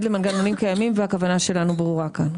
למנגנונים קיימים והכוונה שלנו ברורה כאן.